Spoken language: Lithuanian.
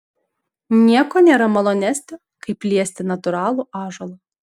nieko nėra malonesnio kaip liesti natūralų ąžuolą